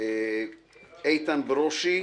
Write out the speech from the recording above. איתן ברושי.